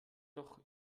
doch